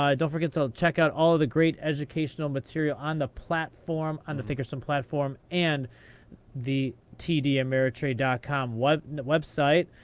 um don't forget to check out all of the great educational material on the platform and the thinkorswim platform. and the tdameritrade dot com and website.